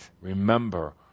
remember